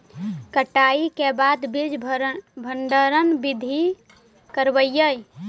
कटाई के बाद बीज भंडारन बीधी करबय?